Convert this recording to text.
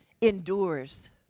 endures